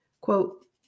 Quote